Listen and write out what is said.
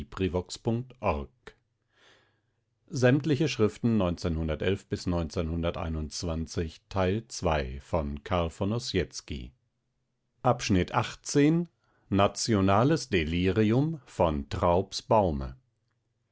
nationales delirium von